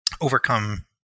overcome